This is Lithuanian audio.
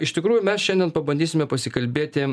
iš tikrųjų mes šiandien pabandysime pasikalbėti